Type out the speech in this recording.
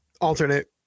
Alternate